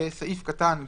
(4)בסעיף קטן (ג),